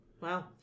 Wow